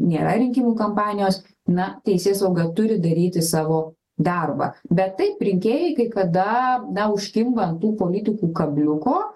nėra rinkimų kampanijos na teisėsauga turi daryti savo darbą bet taip rinkėjai kai kada na užkimba ant tų politikų kabliuko